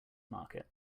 market